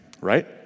right